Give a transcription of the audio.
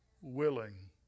willing